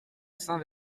saint